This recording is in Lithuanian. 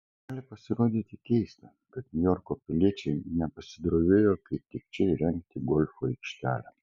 gali pasirodyti keista kad niuarko piliečiai nepasidrovėjo kaip tik čia įrengti golfo aikštelę